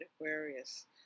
Aquarius